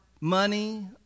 money